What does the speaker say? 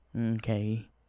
Okay